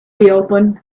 reopen